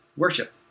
Worship